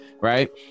Right